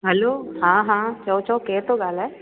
हलो हा हा चयो चयो केरु थो ॻाल्हाए